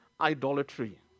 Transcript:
idolatry